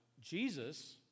Jesus